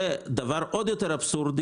דבר עוד יותר אבסורדי